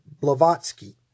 Blavatsky